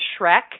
Shrek